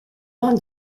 vingt